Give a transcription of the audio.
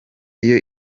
iyo